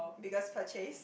biggest purchase